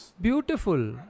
Beautiful